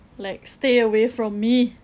like stay away from me